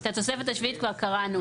את התוספת השביעית כבר קראנו.